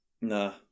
Nah